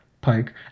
Pike